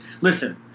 Listen